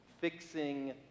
Fixing